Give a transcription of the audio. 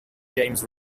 james